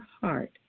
heart